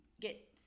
get